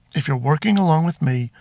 if you're working along with me,